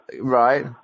Right